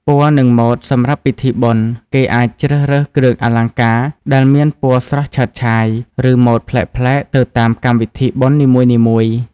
ពណ៌ និង ម៉ូដសម្រាប់ពិធីបុណ្យ គេអាចជ្រើសរើសគ្រឿងអលង្ការដែលមានពណ៌ស្រស់ឆើតឆាយ ឬ ម៉ូដប្លែកៗទៅតាមកម្មវិធីបុណ្យនីមួយៗ។